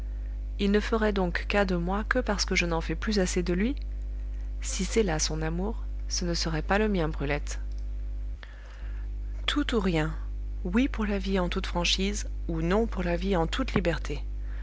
il ne ferait donc cas de moi que parce que je n'en fais plus assez de lui si c'est là son amour ce ne serait pas le mien brulette tout ou rien oui pour la vie en toute franchise ou non pour la vie en toute liberté